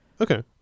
okay